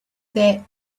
that